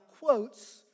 quotes